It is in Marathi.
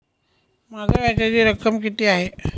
माझ्या व्याजाची रक्कम किती आहे?